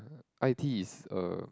i_t is a